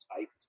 typed